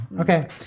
Okay